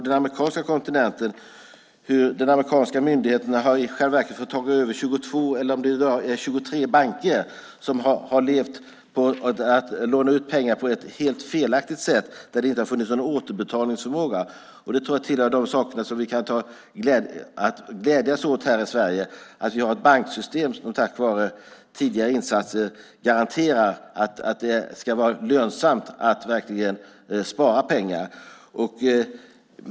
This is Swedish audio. De amerikanska myndigheterna har fått ta över 22 eller om det är 23 banker som har levt på att låna ut pengar på ett helt felaktigt sätt där det inte har funnits någon återbetalningsförmåga. Jag tror att vi här i Sverige ska glädjas åt att vi har ett banksystem som tack vare tidigare insatser garanterar att det ska vara lönsamt att spara pengar.